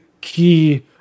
key